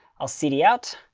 i'll cd out.